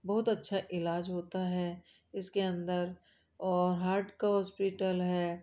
बहुत अच्छा इलाज होता है इस के अंदर और हार्ट का हॉस्पीटल है